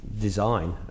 design